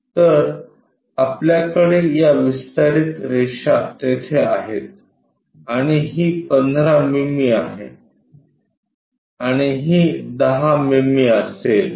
तर आपल्याकडे या विस्तारित रेषा तेथे आहेत आणि ही 15 मिमी आहे आणि ही 10 मिमी असेल